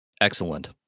Excellent